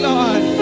Lord